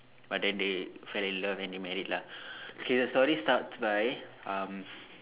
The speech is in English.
but then they fell in love and they married lah K the story starts by um